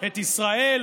את ישראל